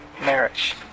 marriage